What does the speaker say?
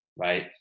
Right